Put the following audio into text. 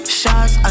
shots